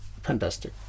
fantastic